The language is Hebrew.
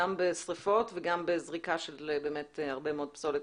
גם שריפות וגם זריקה של הרבה מאוד פסולת